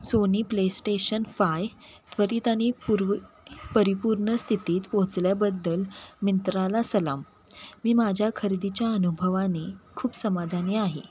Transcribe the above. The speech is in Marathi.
सोनी प्लेस्टेशन फाय त्वरित आणि पूर्वि परिपूर्ण स्थितीत पोहोचवल्याबद्दल मिंत्राला सलाम मी माझ्या खरेदीच्या अनुभवाने खूप समाधानी आहे